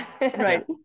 Right